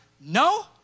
no